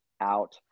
out